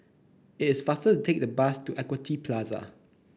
it is faster to take the bus to Equity Plaza